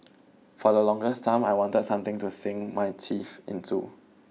for the longest time I wanted something to sink my teeth into